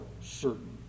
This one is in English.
certain